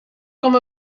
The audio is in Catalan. com